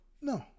no